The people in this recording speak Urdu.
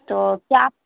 تو کیا آپ